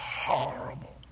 horrible